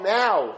now